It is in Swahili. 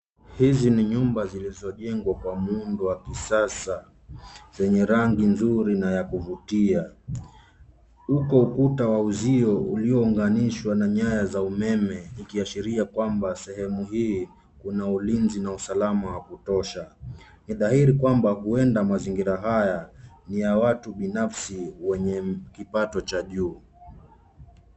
Hizi ni nyumba zilizojengwa kwa muundo wa kisasa zenye rangi nzuri na ya kuvutia huku ukuta wa uzio uliounganishwa na nyaya za umeme ikiashiria kwamba sehemu hii kuna ulinzi na usalama wa kutosha. Ni dhahiri kwamba mazingira haya ni ya watu binafsi wenye kipato cha juu.